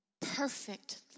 perfect